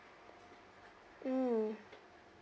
mm